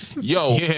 Yo